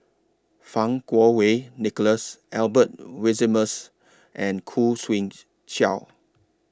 Fang Kuo Wei Nicholas Albert Winsemius and Khoo Swee Chiow